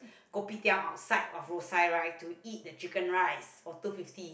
kopitiam outside or road side right to eat the chicken rice of two fifty